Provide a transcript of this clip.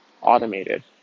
automated